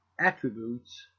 attributes